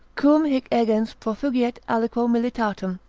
quum hic egens profugiet aliquo militatum,